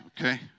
Okay